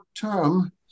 term